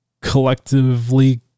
collectively